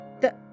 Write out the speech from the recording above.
the—